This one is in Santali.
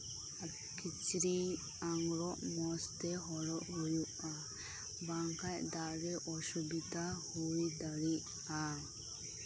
ᱠᱤᱪᱨᱤᱡ ᱟᱸᱜᱨᱚᱵ ᱢᱚᱸᱡᱽᱛᱮ ᱦᱚᱨᱚᱜ ᱦᱩᱭᱩᱜᱼᱟ ᱵᱟᱝᱠᱷᱟᱱ ᱫᱟᱜᱨᱮ ᱚᱥᱩᱵᱤᱫᱷᱟ ᱦᱩᱭ ᱫᱟᱲᱮᱭᱟᱜᱼᱟ